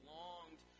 longed